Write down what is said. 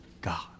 God